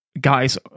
guys